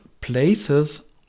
places